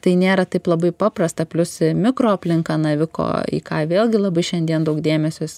tai nėra taip labai paprasta plius mikroaplinka naviko į ką vėlgi labai šiandien daug dėmesio